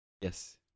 Yes